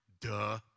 Duh